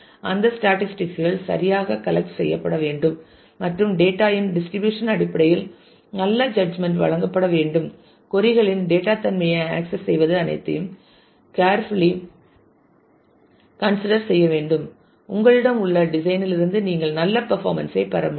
அந்த ஸ்டேட்டிஸ்டிக் கள் சரியாக கலட் செய்யப்பட வேண்டும் மற்றும் டேட்டா இன் டிஸ்ட்ரிபியூஷன் அடிப்படையில் நல்ல ஜட்ஜ்மென்ட் வழங்கப்பட வேண்டும் கொறி களின் டேட்டா தன்மையை ஆக்சஸ் செய்வது அனைத்தையும் கேர்புள்ளி கன்சிடர் செய்ய வேண்டும் உங்களிடம் உள்ள டிசைன்லிருந்து நீங்கள் நல்ல பர்ஃபாமென்ஸ் ஐ பெற முடியும்